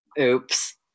oops